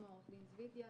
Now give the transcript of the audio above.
כמו עורך הדין זויטיא,